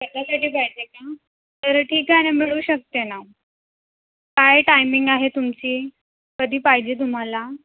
स्वत साठी पाहिजे का बरं ठीक आहे ना मिळू शकते ना काय टायमिंग आहे तुमची कधी पाहिजे तुम्हाला